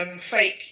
fake